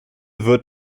wird